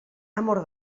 amor